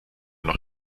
noch